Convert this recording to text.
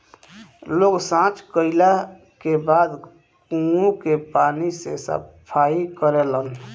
लोग सॉच कैला के बाद कुओं के पानी से सफाई करेलन